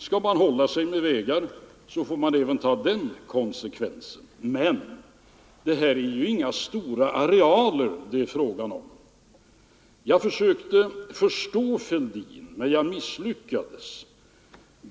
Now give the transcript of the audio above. Skall man hålla sig med vägar får man även ta den konsekvensen. Men det är inga stora arealer det här är fråga om. Jag försökte att förstå herr Fälldin, men jag misslyckades.